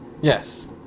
Yes